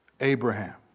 Abraham